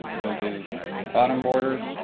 we'll do bottom border.